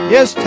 Yes